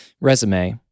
resume